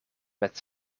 met